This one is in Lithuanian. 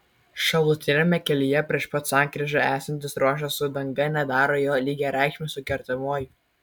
šalutiniame kelyje prieš pat sankryžą esantis ruožas su danga nedaro jo lygiareikšmio su kertamuoju